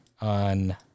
on